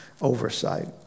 oversight